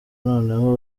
noneho